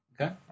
Okay